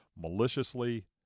maliciously